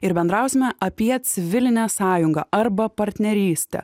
ir bendrausime apie civilinę sąjungą arba partnerystę